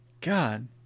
God